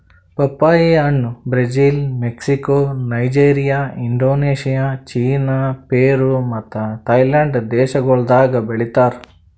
ಪಪ್ಪಾಯಿ ಹಣ್ಣ್ Brazil, Mexico, Nigeria, Indonesia, China, Peru ಮತ್ತ ಥೈಲ್ಯಾಂಡ್ ದೇಶಗೊಳ್ದಾಗ್ ಬೆಳಿತಾರ್